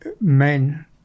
men